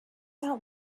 out